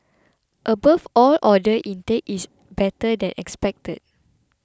above all order intake is better than expected